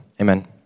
Amen